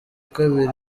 kabiri